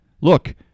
Look